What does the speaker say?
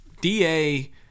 DA